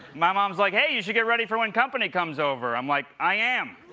my mom's like, hey, you should get ready for when company comes over. i'm like, i am.